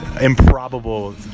improbable